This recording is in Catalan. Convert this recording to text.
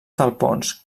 talpons